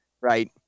right